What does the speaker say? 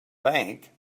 bank